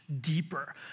deeper